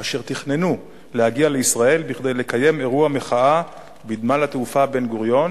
אשר תכננו להגיע לישראל כדי לקיים אירוע מחאה בנמל התעופה בן-גוריון